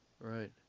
right